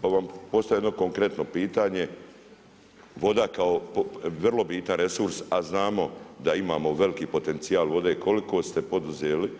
Pa vam postavljam jedno konkretno pitanje, voda kao vrlo bitan resurs a znamo da imamo veliki potencijal vode, koliko ste poduzeli